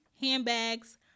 handbags